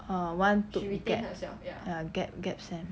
ah one took gap ya gap gap sem